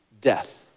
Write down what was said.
death